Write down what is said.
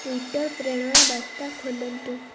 Twitter ପ୍ରେରଣ ବାର୍ତ୍ତା ଖୋଲନ୍ତୁ